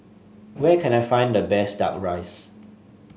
where can I find the best duck rice